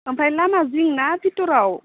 ओमफ्राय लामा जिंना बिथोराव